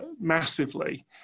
massively